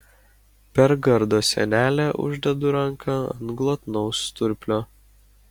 per gardo sienelę uždedu ranką ant glotnaus sturplio